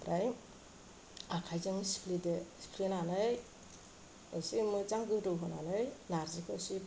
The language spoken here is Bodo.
ओमफ्राय आखाइजों सिफ्लिदो सिफ्लिनानै इसे मोजां गोदौ होनानै नारजिखौ इसे